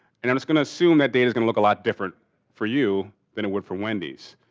and i'm just gonna assume that data's gonna look a lot different for you than it would for wendy's.